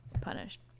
punished